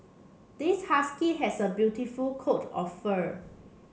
this husky has a beautiful coat of fur